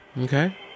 Okay